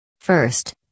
First